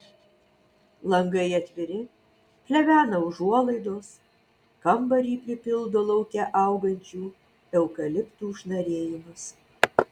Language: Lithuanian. langai atviri plevena užuolaidos kambarį pripildo lauke augančių eukaliptų šnarėjimas